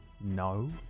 No